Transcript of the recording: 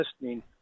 listening